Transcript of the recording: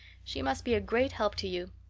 she must be a great help to you.